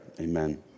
Amen